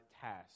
task